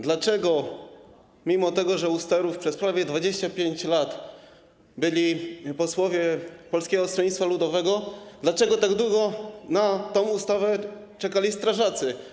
Dlaczego, mimo że u sterów przez prawie 25 lat byli posłowie Polskiego Stronnictwa Ludowego, tak długo na tę ustawę czekali strażacy?